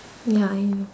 ya I know